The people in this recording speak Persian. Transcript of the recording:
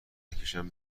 نکشن